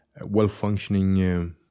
well-functioning